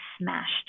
smashed